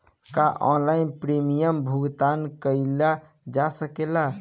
का online premium भुगतान कईल जा सकेला?